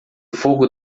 fogo